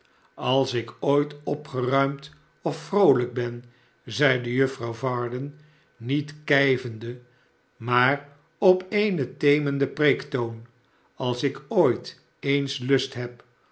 als ik ooit opgeruimd of vroolijk ben zeide juffrouw varden niet kijvende maar op een temenden preektoon als ik ooit eens lust heb